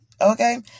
okay